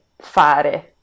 fare